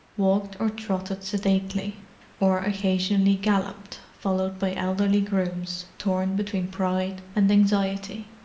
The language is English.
walked or trotted sedately or occasionally galloped, followed by elderly grooms torn between pride and anxiety.